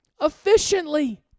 efficiently